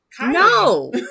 no